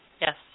Yes